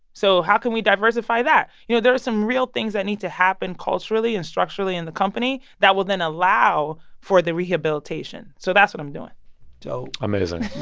so how can we diversify that? you know, there are some real things that need to happen culturally and structurally in the company that will then allow for the rehabilitation. so that's what i'm doing so. amazing